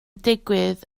digwydd